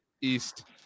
East